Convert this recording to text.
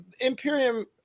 Imperium